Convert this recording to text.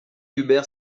hubert